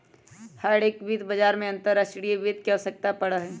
हर एक वित्त बाजार में अंतर्राष्ट्रीय वित्त के आवश्यकता पड़ा हई